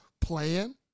plan